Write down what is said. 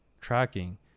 tracking